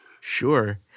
Sure